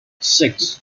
six